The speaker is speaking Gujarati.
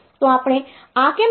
તો આપણે આ કેમ કહીએ છીએ